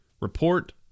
report